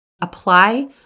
apply